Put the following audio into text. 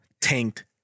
tanked